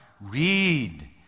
read